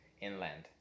inland